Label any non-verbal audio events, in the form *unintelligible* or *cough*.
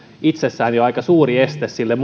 itsessään jo aika suuri este sille *unintelligible*